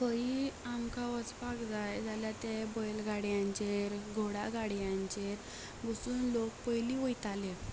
खंयी आमकां वचपाक जाय जाल्यार ते बैलगाडयांचेर घोडागाडयांचेर बसून लोक पयलीं वयताले